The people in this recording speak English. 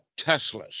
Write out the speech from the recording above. Teslas